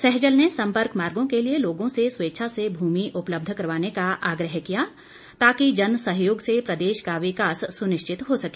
सहजल ने संपर्क मार्गो के लिए लोगों से स्वेच्छा से भूमि उपलब्ध करवाने का आग्रह किया ताकि जनसहयोग से प्रदेश का विकास सुनिश्चित हो सके